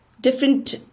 different